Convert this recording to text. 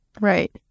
Right